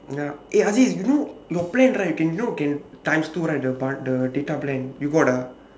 yah eh azi you know your plan right can you know can times two right the bun~ the data plan you got ah